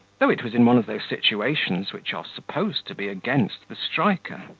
though it was in one of those situations which are supposed to be against the striker.